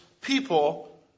people